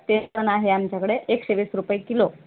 तेल पण आहे आमच्याकडे एकशेवीस रुपये किलो